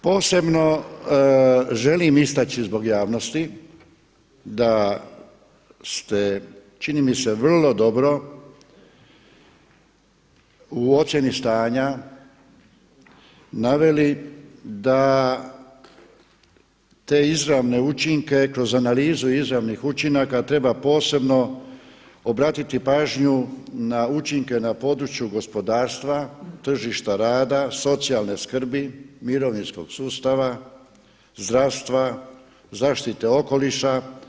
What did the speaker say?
Posebno želim istaći zbog javnosti da ste čini mi se vrlo dobro u ocjeni stanja naveli da te izravne učinke kroz analizu izravnih učinaka treba posebno obratiti pažnju na učinke na području gospodarstva, tržišta rada, socijalne skrbi, mirovinskog sustava, zdravstva, zaštite okoliša.